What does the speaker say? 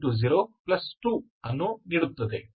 02 ಅನ್ನು ನೀಡುತ್ತದೆ